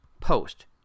post